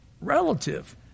relative